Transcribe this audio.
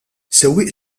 sewwieq